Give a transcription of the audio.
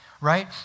right